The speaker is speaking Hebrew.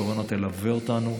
הקורונה תלווה אותנו,